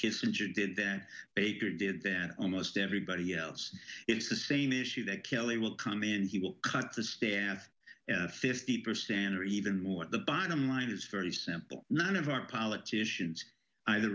kissinger did that baker did then almost everybody else it's the same issue that kelly will come in and he will cut the staff fifty percent or even more the bottom line is very simple none of our politicians either